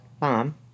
Mom